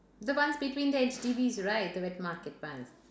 the ones between the H_D_Bs right the wet market one